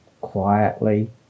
quietly